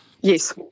Yes